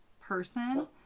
person